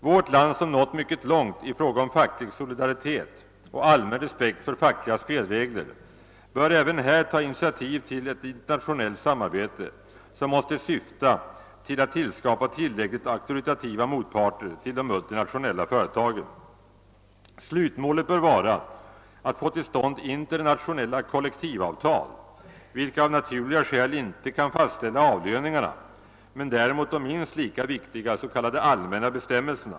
Vårt land, som nått mycket långt i fråga om facklig solidaritet och allmän respekt för fackliga spelreg ler, bör även här ta initiativ till ett internationellt samarbete som måste syfta till att skapa tillräckligt auktoritativa motparter till de multinationella företagen. Slutmålet bör vara att få till stånd internationella kollektivavtal, vilka av naturliga skäl icke kan fastställa lönerna men däremot de minst lika viktiga s.k. allmänna bestämmelserna.